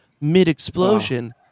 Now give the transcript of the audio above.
mid-explosion